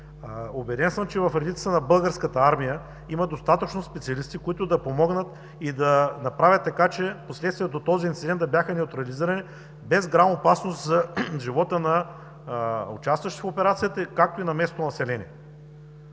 Убеден съм, че в редиците на Българската армия има достатъчно специалисти, които да помогнат и да направят така, че последствията от този инцидент да бяха неутрализирани, без грам опасност за живота на участващите в операцията, както и на местното население.